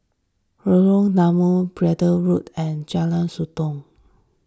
Lorong Danau Braddell Road and Jalan Sotong